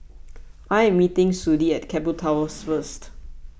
I am meeting Sudie at Keppel Towers First